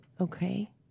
Okay